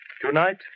Tonight